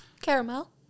Caramel